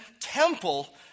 temple